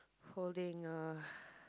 holding a